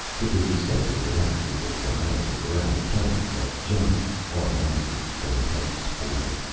it was accepted without legal formality around the county that johnny automatically became hetty's boy.